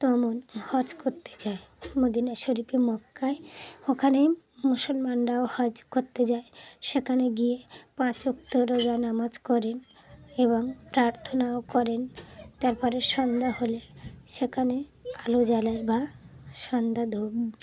তেমন হজ করতে যায় মদিনা শরীফে মক্কায় ওখানেই মুসলমানরাও হজ করতে যায় সেখানে গিয়ে পাঁচ ওয়াক্ত রোজা নামাজ করেন এবং প্রার্থনাও করেন তারপরে সন্ধ্যা হলে সেখানে আলো জ্বালায় বা সন্ধ্যা ধূপ